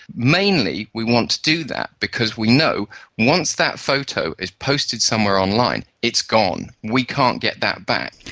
mainly we want to do that because we know once that photo is posted somewhere online, it's gone. we can't get that back.